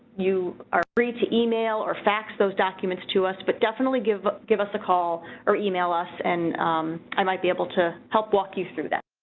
you are free to email or fax those documents to us, but definitely give, give us a call or email us and i might be able to help walk you through that.